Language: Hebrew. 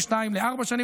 משנתיים לארבע שנים,